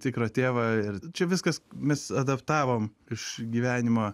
tikro tėvo ir čia viskas mes adaptavom iš gyvenimo